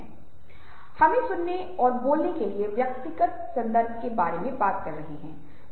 इसलिए अगली बार हम अजनबियों से मिलते हैं तो वास्तव में उत्सुक हैं कि वे हमारे समान कैसे हैं और वे हमारे से कैसे भिन्न हैं